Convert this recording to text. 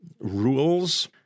rules –